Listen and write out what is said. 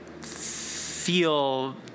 feel